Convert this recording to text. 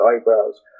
eyebrows